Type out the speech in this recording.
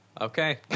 Okay